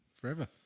forever